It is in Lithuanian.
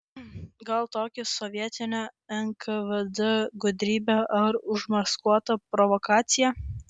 gal tai sovietinio nkvd gudrybė ar užmaskuota provokacija